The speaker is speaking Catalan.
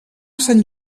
sant